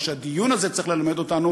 מה שהדיון הזה צריך ללמד אותנו,